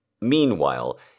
Meanwhile